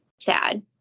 SAD